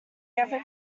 ever